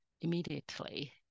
immediately